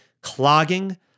clogging